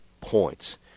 points